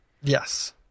Yes